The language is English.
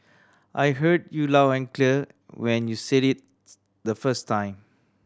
I heard you loud and clear when you said it the first time